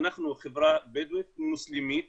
אנחנו חברה בדואית מוסלמית,